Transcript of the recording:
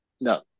No